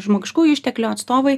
žmogiškųjų išteklių atstovai